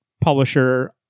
publisher